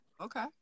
okay